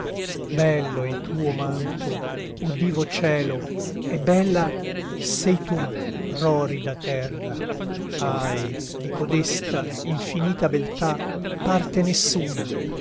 bello il tuo manto o divo cielo e bella sei tu rorida terra ahi di cotesta infinita beltà parte nessuna